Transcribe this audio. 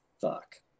fuck